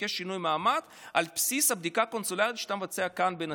ולבקש שינוי מעמד על בסיס הבדיקה הקונסולרית שאתה מבצע כאן בנתיב.